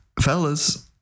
fellas